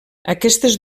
aquestes